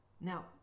Now